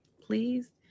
please